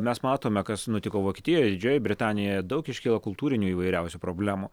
mes matome kas nutiko vokietijoj didžiojoj britanijoj daug iškilo kultūrinių įvairiausių problemų